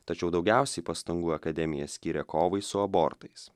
tačiau daugiausiai pastangų akademija skyrė kovai su abortais